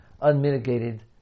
unmitigated